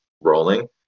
rolling